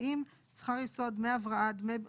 לפי סעיף 8 בצו ההרחבה בענף השמירה משנת 2022,